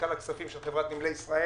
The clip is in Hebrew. סמנכ"ל הכספים של חברת נמלי ישראל,